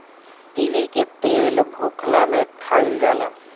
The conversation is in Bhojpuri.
तीली के तेल भुखला में खाइल जाला